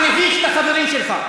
אתה מביש את החברים שלך.